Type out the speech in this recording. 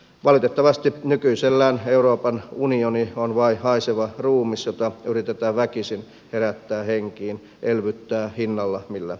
valitettavasti nykyisellään euroopan unioni on vain haiseva ruumis jota yritetään väkisin herättää henkiin elvyttää hinnalla millä hyvänsä